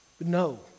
No